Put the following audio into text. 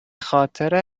خاطر